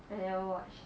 I never watch